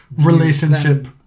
relationship